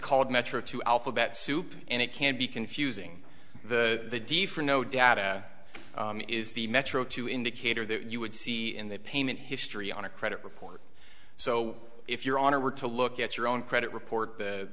called metro two alphabet soup and it can be confusing the different no data is the metro two indicator that you would see in the payment history on a credit report so if your honor were to look at your own credit report